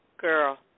Girl